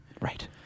Right